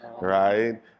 right